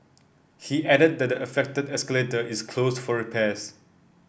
he added that the affected escalator is closed for repairs